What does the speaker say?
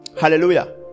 Hallelujah